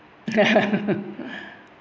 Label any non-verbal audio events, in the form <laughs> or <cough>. <laughs>